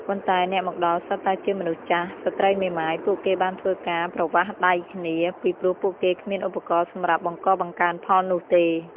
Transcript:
ប៉ុន្តែអ្នកមកដល់សុទ្ធតែជាមនុស្សចាស់ ស្ត្រីមេម៉ាយ ពួកគេបានធ្វើការ ប្រវាស់ដៃគ្នា ពីព្រោះពួកគេគ្មានឧបករណ៏សំរាប់បង្ករបង្កើនផលនោះទេ ។